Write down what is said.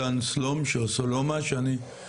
מתן סולומש כן